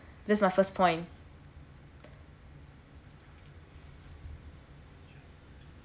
this is my first point